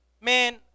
Man